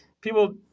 people